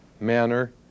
manner